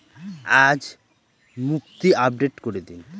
আজ মুক্তি আপডেট করে দিন